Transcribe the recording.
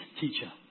teacher